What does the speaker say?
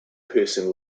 person